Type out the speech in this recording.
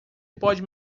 pode